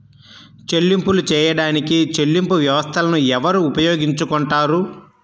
చెల్లింపులు చేయడానికి చెల్లింపు వ్యవస్థలను ఎవరు ఉపయోగించుకొంటారు?